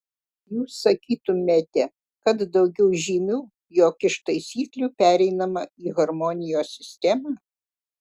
jūs sakytumėte kad daugiau žymių jog iš taisyklių pereinama į harmonijos sistemą